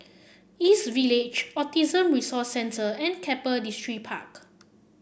East Village Autism Resource Centre and Keppel Distripark